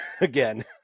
again